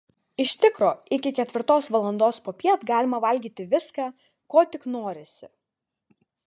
iš tikro iki ketvirtos valandos popiet galima valgyti viską ko tik norisi